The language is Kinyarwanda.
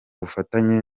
bufatanye